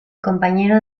compañero